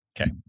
Okay